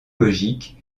logique